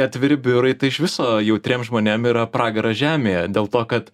atviri biurai tai iš viso jautriem žmonėm yra pragaras žemėje dėl to kad